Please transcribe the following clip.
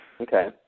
Okay